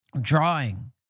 drawing